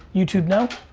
youtube, no?